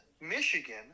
Michigan